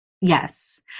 Yes